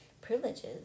privileges